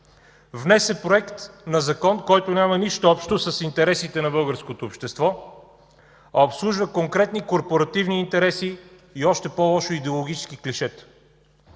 Внесе проект на закон, който няма нищо общо с интересите на българското общество, а обслужва конкретни корпоративни интереси и, още по-лошо, идеологически клишета.